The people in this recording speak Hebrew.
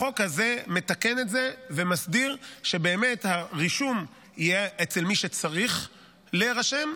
החוק הזה מתקן את זה ומסדיר שבאמת הרישום יהיה אצל מי שצריך להירשם,